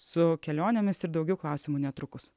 su kelionėmis ir daugiau klausimų netrukus